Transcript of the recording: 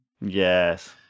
Yes